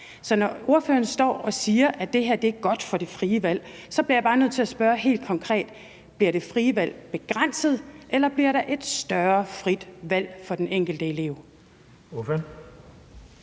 Så når ordføreren står og siger, at det her er godt for det frie valg, bliver jeg bare nødt til at spørge helt konkret: Bliver det frie valg begrænset, eller kommer der en større grad af frit valg for den enkelte elev? Kl.